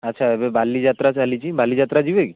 ଆଚ୍ଛା ଏବେ ବାଲିଯାତ୍ରା ଚାଲିଛି ବାଲିଯାତ୍ରା ଯିବେ କି